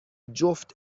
جفت